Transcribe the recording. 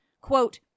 Quote